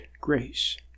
grace